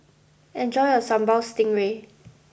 enjoy your Sambal Stingray